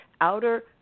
outer